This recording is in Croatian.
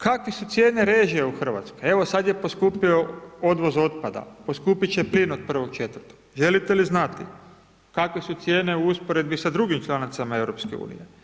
Kakve su cijene režija u Hrvatskoj, evo sad je poskupio odvoz otpada, poskupit će plin od 1.4., želite li znati kakve su cijene u usporedbi sa drugim članicama EU.